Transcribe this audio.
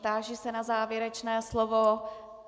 Táži se na závěrečné slovo.